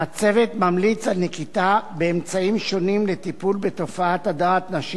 הצוות ממליץ על נקיטת אמצעים שונים לטיפול בתופעת הדרת נשים,